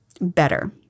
Better